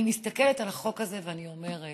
אני מסתכלת על החוק הזה ואני אומרת: